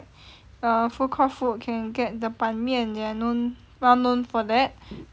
err foodcourt food can get the ban mian they're known well known for that